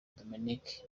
dominic